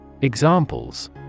Examples